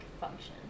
function